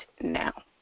now